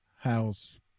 house